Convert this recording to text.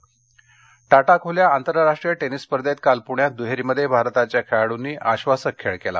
tennis Tata खुल्या आंतरराष्ट्रीय tennis स्पर्धेत काल पुण्यात दुहेरीमध्ये भारताच्या खेळाड़ंनी आश्वासक खेळ केला